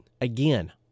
again